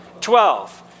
Twelve